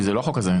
זה לא החוק הזה.